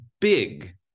big